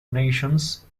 nations